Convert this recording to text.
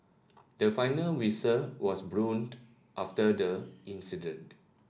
the final whistle was blowned after the incident